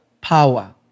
Power